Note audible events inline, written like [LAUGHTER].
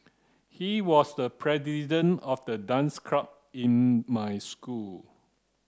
he was the [UNINTELLIGIBLE] of the dance club in my school